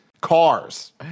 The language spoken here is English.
cars